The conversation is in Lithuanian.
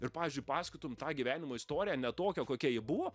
ir pavyzdžiui pasakotum tą gyvenimo istoriją ne tokią kokia ji buvo